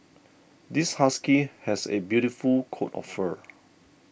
this husky has a beautiful coat of fur